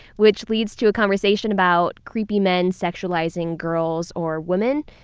which leads to a conversation about creepy men sexualizing girls or women.